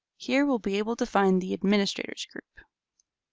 here we'll be able to find the administrator's group.